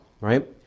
right